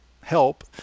help